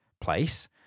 place